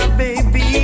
baby